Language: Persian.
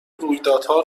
رویدادها